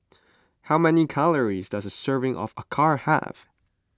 how many calories does a serving of Acar have